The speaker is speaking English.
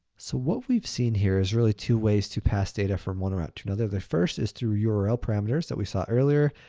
so what we've seen here is really two ways to pass data from one route to another. the first is through yeah url parameters that we saw earlier.